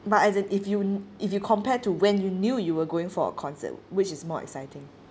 but as in if you if you compared to when you knew you were going for a concert which is more exciting